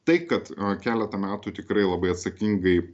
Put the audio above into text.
tai kad keletą metų tikrai labai atsakingai